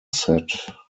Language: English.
set